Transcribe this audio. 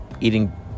eating